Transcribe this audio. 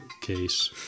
case